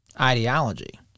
ideology